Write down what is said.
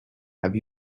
have